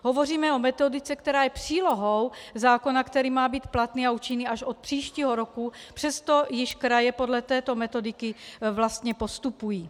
Hovoříme o metodice, která je přílohou zákona, který má být platný a účinný až od příštího roku, přesto již kraje podle této metodiky vlastně postupují.